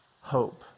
hope